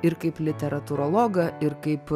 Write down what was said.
ir kaip literatūrologą ir kaip